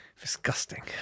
Disgusting